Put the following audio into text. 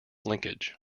linkage